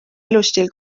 elustiil